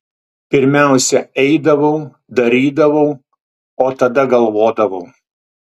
pirmiausia eidavau darydavau o tada galvodavau